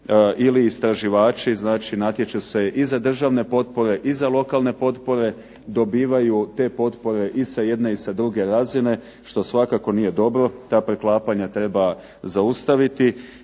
ili istraživači, znači natječu se i za državne potpore i za lokalne potpore, dobivaju te potpore i sa jedne i sa druge razine što svakako nije dobro, ta preklapanja treba zaustaviti